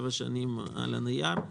שבע שנים על הנייר.